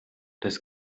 des